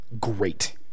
great